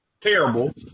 terrible